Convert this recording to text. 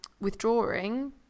withdrawing